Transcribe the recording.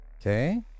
Okay